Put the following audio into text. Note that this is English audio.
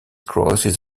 crossed